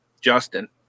Justin